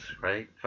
right